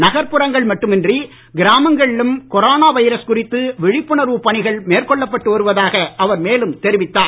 நகர்ப்புறங்கள் மட்டுமின்றி கிராமங்களிலும் corona virus குறித்து விழிப்புணர்வு பணிகள் மேற்கொள்ளப்பட்டு வருவதாக அவர் மேலும் தெரிவித்தார்